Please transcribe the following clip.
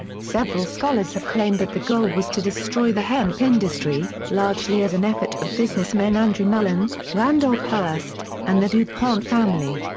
several scholars have claimed that the goal was to destroy the hemp industry, largely as an effort of businessmen andrew mellon, randolph hearst, and the du pont family.